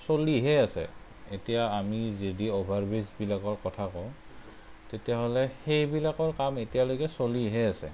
চলিহে আছে এতিয়া আমি যদি অভাৰ ব্ৰীজবিলাকৰ কথা কওঁ তেতিয়া হ'লে সেইবিলাকৰ কাম এতিয়ালৈকে চলিহে আছে